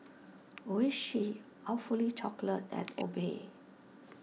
Oishi Awfully Chocolate and Obey